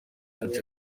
church